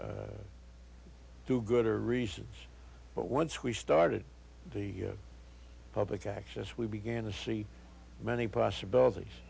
or do gooder reasons but once we started the public access we began to see many possibilities